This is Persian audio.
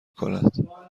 کند